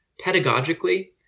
pedagogically